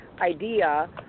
idea